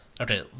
Okay